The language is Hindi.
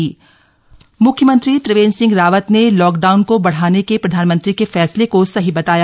सीएम ऑन लॉकडाउन म्ख्यमंत्री त्रिवेंद्र सिंह रावत ने लॉकडाउन को बढ़ाने के प्रधानमंत्री के फैसले को सही बताया